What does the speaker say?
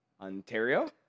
Ontario